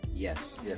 Yes